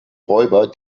räuber